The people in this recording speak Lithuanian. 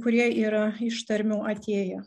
kurie yra iš tarmių atėję